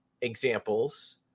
examples